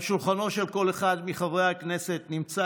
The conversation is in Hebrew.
על שולחנו של כל אחד מחברי הכנסת נמצא